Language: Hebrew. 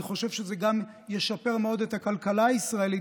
אני חושב שזה גם ישפר מאוד את הכלכלה הישראלית,